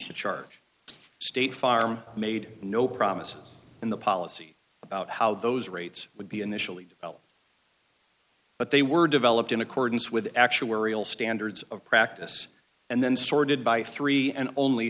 to charge state farm made no promises in the policy about how those rates would be initially but they were developed in accordance with actuarial standards of practice and then sorted by three and only